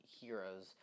heroes